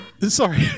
sorry